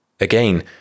Again